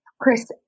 Chris